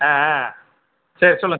ஆ ஆ சரி சொல்லுங்கள்